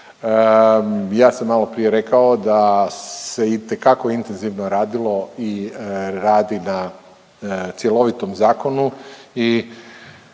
Ja sam maloprije rekao da se itekako intenzivno radilo i radi na cjelovitom zakonu